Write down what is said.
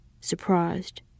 surprised